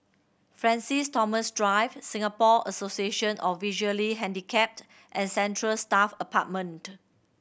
Francis Thomas Drive Singapore Association of Visually Handicapped and Central Staff Apartment